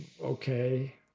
Okay